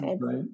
right